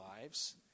lives